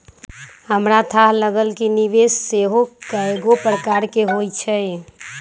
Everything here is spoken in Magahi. हमरा थाह लागल कि निवेश सेहो कएगो प्रकार के होइ छइ